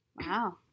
Wow